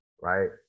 right